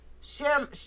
Share